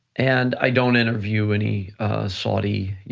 and i don't interview any saudi,